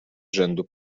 rzędu